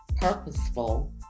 purposeful